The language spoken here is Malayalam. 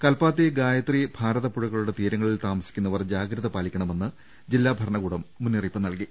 കൽപ്പാത്തി ഗായത്രി ഭാരതപ്പുഴക ളുടെ തീരങ്ങളിൽ താമസിക്കുന്നവർ ജാഗ്രത പാലിക്കണമെന്ന് ജില്ലാ ഭരണകൂടം മുന്നറിയിപ്പ് നൽകി